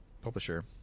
publisher